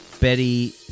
Betty